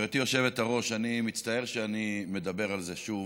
גברתי היושבת-ראש, אני מצטער שאני מדבר על זה שוב,